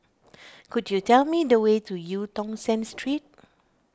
could you tell me the way to Eu Tong Sen Street